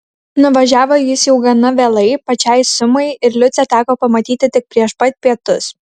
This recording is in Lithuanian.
nuvažiavo jis jau gana vėlai pačiai sumai ir liucę teko pamatyti tik prieš pat pietus